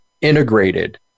integrated